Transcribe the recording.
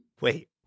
Wait